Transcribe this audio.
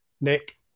Nick